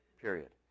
period